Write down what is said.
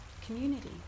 community